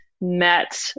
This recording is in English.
met